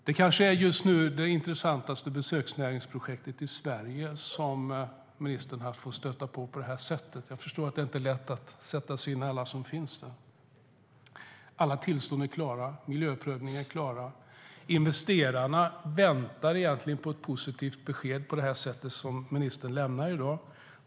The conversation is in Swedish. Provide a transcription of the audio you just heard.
Det är kanske det just nu intressantaste besöksnäringsprojektet i Sverige som ministern får stöta på här på det här sättet. Jag förstår att det inte är lätt att sätta sig in i alla projekt som finns. Alla tillstånd och miljöprövningar är klara. Investerarna väntar på ett positivt besked av det slag som ministern lämnar i dag.